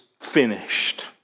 finished